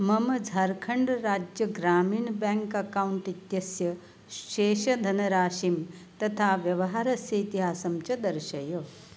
मम Jharkhand Rajya Gramin bank account इत्यस्य शेषधनराशिं तथा व्यवहरस्य इतिहासं च दर्शय